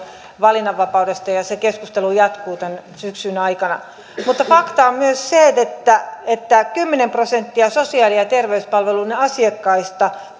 valinnanvapaudesta ja ja se keskustelu jatkuu tämän syksyn aikana mutta fakta on myös se että että kymmenen prosenttia sosiaali ja terveyspalveluiden asiakkaista